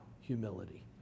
humility